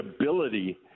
ability